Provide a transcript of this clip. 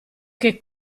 che